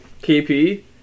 KP